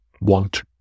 want